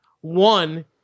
one